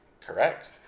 Correct